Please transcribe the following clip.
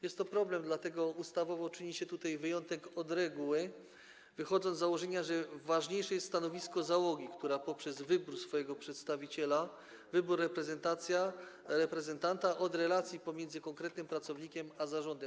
Jest to problem, dlatego ustawowo czyni się tutaj wyjątek od reguły, wychodząc z założenia, że ważniejsze jest stanowisko załogi, która poprzez wybór swojego przedstawiciela, wybór reprezentanta od relacji pomiędzy konkretnym pracownikiem a zarządem.